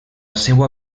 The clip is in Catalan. seua